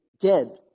dead